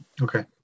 Okay